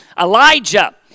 Elijah